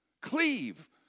Cleave